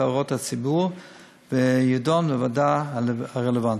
הערות הציבור ויידון בוועדה הרלוונטית.